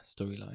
storyline